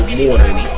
morning